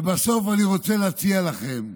ובסוף אני רוצה להציע לכם: